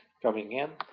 coming in